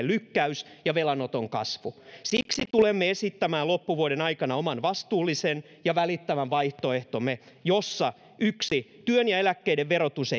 lykkäys ja velanoton kasvu siksi tulemme esittämään loppuvuoden aikana oman vastuullisen ja välittävän vaihtoehtomme jossa yksi työn ja eläkkeiden verotus